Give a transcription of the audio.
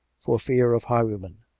for fear of highwaymen.